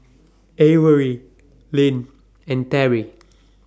Averie Lynn and Terry